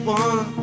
one